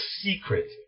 secret